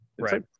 right